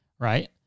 right